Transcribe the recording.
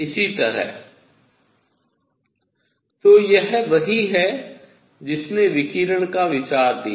तो यह वही है जिसने विकिरण का विचार दिया